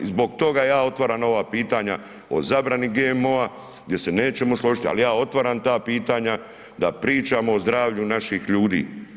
I zbog toga ja otvaram ova pitanja o zabrani GMO-a gdje se nećemo složiti, ali ja otvaram ta pitanja da pričamo o zdravlju naših ljudi.